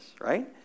right